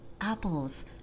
Apples